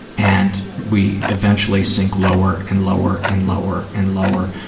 and we eventually sink lower and lower and lower and lower,